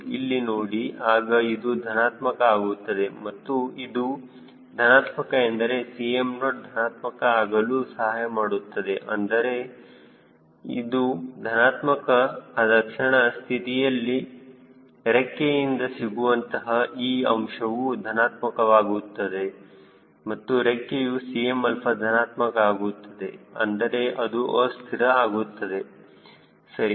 ಇಲ್ಲಿ ನೋಡಿ ಆಗ ಇದು ಧನಾತ್ಮಕ ಆಗುತ್ತದೆ ಮತ್ತು ಇದು ಧನಾತ್ಮಕ ಆದರೆ Cm0 ಧನಾತ್ಮಕ ಆಗಲು ಸಹಾಯ ಮಾಡುತ್ತದೆ ಆದರೆ ಇದು ಧನಾತ್ಮಕ ಆದ ತಕ್ಷಣ ರೆಕ್ಕೆಯಿಂದ ಸಿಗುವಂತಹ ಈ ಅಂಶವು ಧನಾತ್ಮಕ ವಾಗುತ್ತದೆ ಮತ್ತು ರೆಕ್ಕೆಯ Cmα ಧನಾತ್ಮಕ ಆಗುತ್ತದೆ ಅಂದರೆ ಅದು ಅಸ್ಥಿರ ಆಗುತ್ತದೆ ಸರಿ